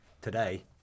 Today